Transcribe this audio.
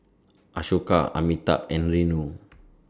Ashoka Amitabh and Renu